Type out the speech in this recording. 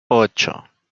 ocho